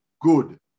good